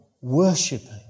worshipping